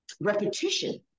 repetition